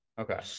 Okay